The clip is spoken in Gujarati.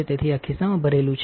તેથી આ ખિસ્સામાં ભરેલું છે